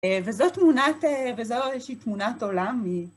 אה... וזו תמונת אה... וזו איזושהי תמונת עולם. היא...